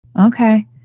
okay